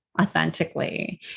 authentically